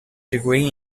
degree